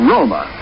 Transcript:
Roma